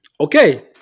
Okay